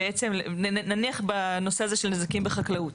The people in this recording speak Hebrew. נניח בנושא הזה של נזקים בחקלאות.